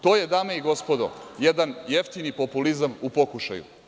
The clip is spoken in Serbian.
To je dame i gospodo, jedan jeftini populizam u pokušaju.